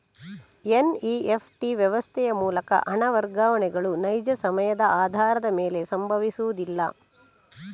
NEFT ವ್ಯವಸ್ಥೆಯ ಮೂಲಕ ಹಣ ವರ್ಗಾವಣೆಗಳು ನೈಜ ಸಮಯದ ಆಧಾರದ ಮೇಲೆ ಸಂಭವಿಸುವುದಿಲ್ಲ